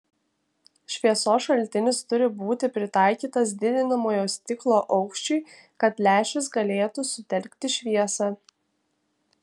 šviesos šaltinis turi būti pritaikytas didinamojo stiklo aukščiui kad lęšis galėtų sutelkti šviesą